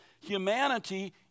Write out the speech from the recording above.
humanity